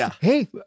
Hey